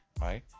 right